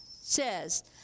says